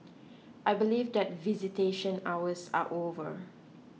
I believe that visitation hours are over